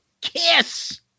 kiss